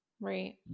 Right